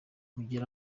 mugire